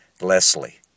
Leslie